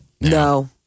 No